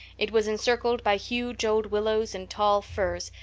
it was encircled by huge old willows and tall firs,